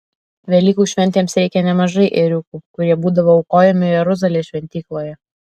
velykų šventėms reikia nemažai ėriukų kurie būdavo aukojami jeruzalės šventykloje